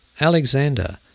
Alexander